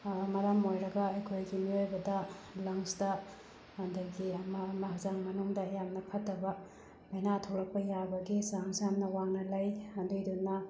ꯃꯔꯝ ꯑꯣꯏꯔꯒ ꯑꯩꯈꯣꯏꯒꯤ ꯃꯤꯑꯣꯏꯕꯗ ꯂꯪꯁꯇ ꯑꯗꯒꯤ ꯑꯃ ꯑꯃ ꯍꯛꯆꯥꯡ ꯃꯅꯨꯡꯗ ꯌꯥꯝꯅ ꯐꯠꯇꯕ ꯂꯥꯏꯅꯥ ꯊꯣꯛꯂꯛꯄ ꯌꯥꯕꯒꯤ ꯆꯥꯟꯁ ꯌꯥꯝꯅ ꯋꯥꯡꯅ ꯂꯩ ꯑꯗꯨꯏꯗꯨꯅ